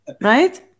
Right